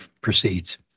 proceeds